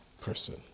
person